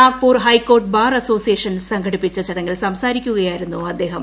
Nagpur high court bar association സംഘടിപ്പിച്ച ചടങ്ങിൽ സംസാരിക്കകയായിരുന്നു അദ്ദേഹം